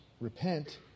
repent